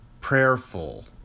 prayerful